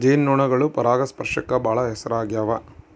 ಜೇನು ನೊಣಗಳು ಪರಾಗಸ್ಪರ್ಶಕ್ಕ ಬಾಳ ಹೆಸರಾಗ್ಯವ